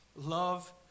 Love